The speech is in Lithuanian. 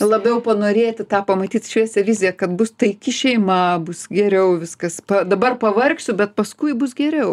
labiau panorėti tą pamatyt šviesią viziją kad bus taiki šeima bus geriau viskas dabar pavargsiu bet paskui bus geriau